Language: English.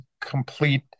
complete